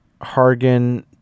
Hargan